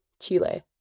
Chile